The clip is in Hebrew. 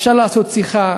אפשר לעשות שיחה.